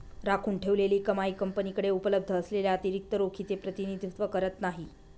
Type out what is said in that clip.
राखून ठेवलेली कमाई कंपनीकडे उपलब्ध असलेल्या अतिरिक्त रोखीचे प्रतिनिधित्व करत नाही